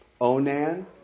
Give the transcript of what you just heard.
Onan